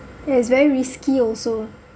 yea it's very risky also